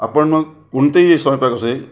आपण मग कोणतेही ए स्वयंपाक असेल